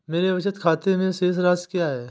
मेरे बचत खाते में शेष राशि क्या है?